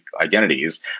identities